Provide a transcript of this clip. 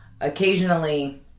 occasionally